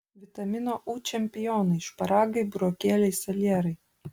vitamino u čempionai šparagai burokėliai salierai